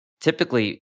Typically